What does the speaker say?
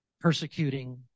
persecuting